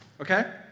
Okay